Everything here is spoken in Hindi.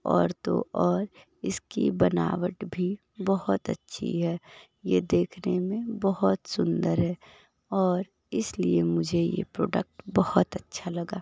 और तो और इसकी बनावट भी बहुत अच्छी है ये देखने में बहुत सुंदर है और इसलिए मुझे ये प्रोडक्ट बहुत अच्छा लगा